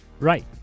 Right